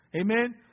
Amen